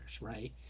right